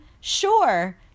sure